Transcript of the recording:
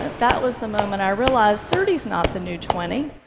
ah that was the moment i realized, thirty is not the new twenty.